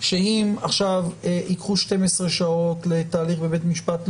שאם עכשיו ייקחו 12 שעות לתהליך בבית משפט,